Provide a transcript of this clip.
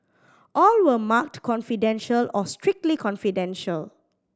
all were marked confidential or strictly confidential